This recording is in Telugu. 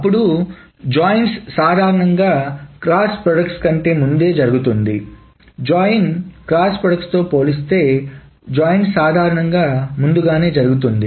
అప్పుడు జాయిన్స్ సాధారణంగా క్రాస్ ప్రోడక్ట్ కంటే ముందే జరుగుతుంది జాయిన్స్ క్రాస్ ప్రోడక్ట్ పోలిస్తే జాయిన్స్ సాధారణంగా ముందుగానే జరుగుతుంది